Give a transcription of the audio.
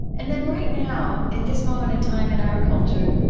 and then right now, at this moment in time in our culture,